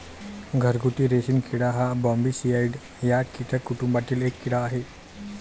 घरगुती रेशीम किडा हा बॉम्बीसिडाई या कीटक कुटुंबातील एक कीड़ा आहे